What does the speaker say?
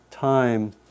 time